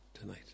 Tonight